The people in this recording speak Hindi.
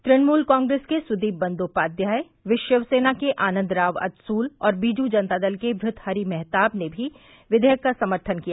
तृणमूल कांप्रेस के सुदीप बंदोपाध्याय शिव सेना के आनंद राव अदसूल और बीजू जनता दल के भर्तहरि महताब ने भी विधेयक का सम्थन किया